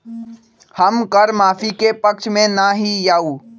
हम कर माफी के पक्ष में ना ही याउ